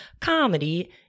Comedy